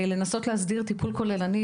אנחנו מנסים להסדיר טיפול כוללני,